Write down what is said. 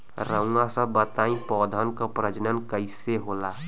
रउआ सभ बताई पौधन क प्रजनन कईसे होला?